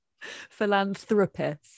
Philanthropist